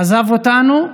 עזב אותנו,